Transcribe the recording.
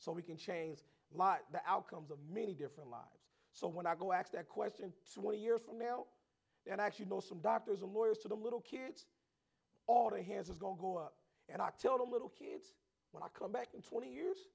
so we can change the outcomes of many different lives so when i go asked that question swan a year from now and i actually know some doctors and lawyers to the little kids all the hands is going to go up and i tell the little kids when i come back in twenty years